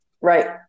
Right